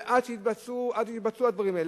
ועד שיתבצעו הדברים האלה.